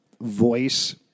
voice